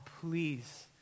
please